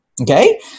Okay